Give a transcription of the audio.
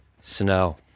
snow